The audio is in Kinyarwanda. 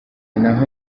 naho